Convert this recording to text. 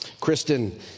Kristen